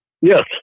Yes